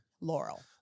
Laurel